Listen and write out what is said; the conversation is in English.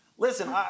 Listen